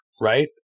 right